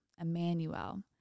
Emmanuel